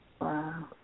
Wow